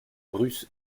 ruth